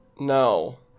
no